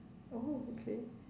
oh okay